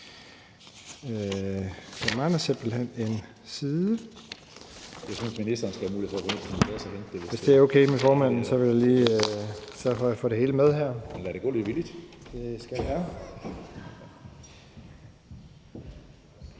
Hvis det er okay med formanden, vil jeg lige sørge for, at jeg får det hele med her.